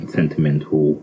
sentimental